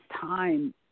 time